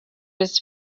his